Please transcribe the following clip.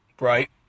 Right